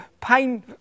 pain